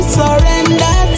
surrender